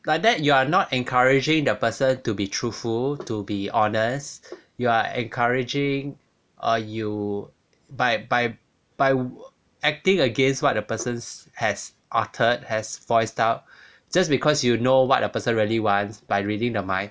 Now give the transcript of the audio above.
like that you are not encouraging the person to be truthful to be honest you are encouraging or you by by by were acting against what the person has uttered has voiced out just because you know what the person really wants by reading the mind